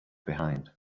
behind